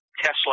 Tesla